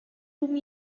whom